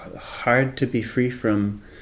hard-to-be-free-from